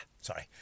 Sorry